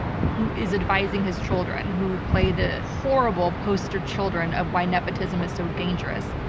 who is advising his children who play the horrible poster children of why nepotism is so dangerous.